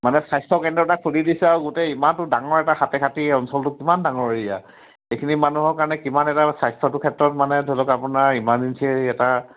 মানে স্বাস্থ্য কেন্দ্ৰ এটা খুলি দিছে আৰু গোটেই ইমানতো ডাঙৰ এটা সাপেখাতি অঞ্চলটোক কিমান ডাঙৰ এৰিয়া এইখিনি মানুহৰ কাৰণে কিমান এটা স্বাস্থ্যটোৰ ক্ষেত্ৰত মানে ধৰি লওক আপোনাৰ ইমাৰ্জেঞ্চীৰ এটা